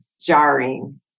jarring